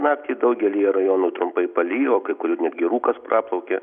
naktį daugelyje rajonų trumpai palijo kai kur ir netgi rūkas praplaukė